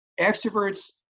extroverts